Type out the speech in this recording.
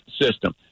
system